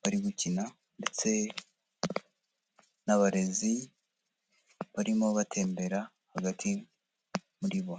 bari gukina, ndetse n'abarezi, barimo batembera hagati muri bo.